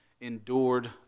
endured